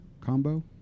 combo